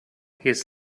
his